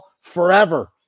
forever